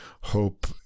hope